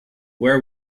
where